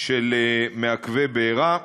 של מעכבי בעירה.